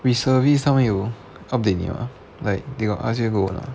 we service 上面他们有 kao peh 你了吗 like they got ask you who